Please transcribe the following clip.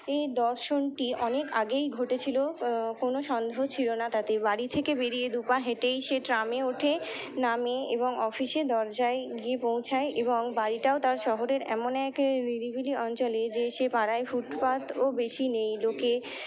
এই দর্শনটি অনেক আগেই ঘটেছিলো কোনো সন্দেহ ছিল না তাতে বাড়ি থেকে বেরিয়ে দুোপা হেঁটেই সে ট্রামে ওঠে নামে এবং অফিসে দরজায় গিয়ে পৌঁছায় এবং বাড়িটাও তার শহরের এমন এক নিরিবিলি অঞ্চলে যে সে পাড়ায় ফুটপাথও বেশি নেই লোকে